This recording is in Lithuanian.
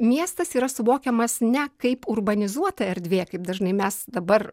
miestas yra suvokiamas ne kaip urbanizuota erdvė kaip dažnai mes dabar